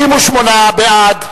68 בעד,